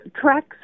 tracks